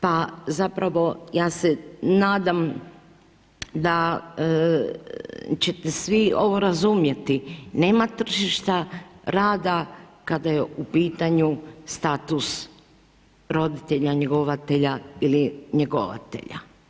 Pa zapravo ja se nadam da ćete svi ovo razumjeti, nema tržišta rada kada je u pitanju status roditelja njegovatelja ili njegovatelja.